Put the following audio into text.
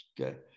Okay